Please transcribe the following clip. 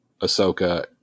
Ahsoka